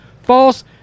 false